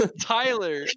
Tyler